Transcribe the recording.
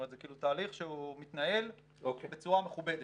זה כאילו תהליך שמתנהל בצורה מכובדת.